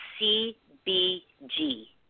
CBG